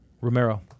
Romero